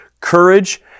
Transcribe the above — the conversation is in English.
courage